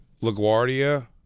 LaGuardia